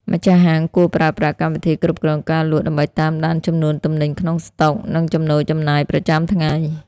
ម្ចាស់ហាងគួរប្រើប្រាស់ កម្មវិធីគ្រប់គ្រងការលក់ ដើម្បីតាមដានចំនួនទំនិញក្នុងស្តុក និងចំណូលចំណាយប្រចាំថ្ងៃ។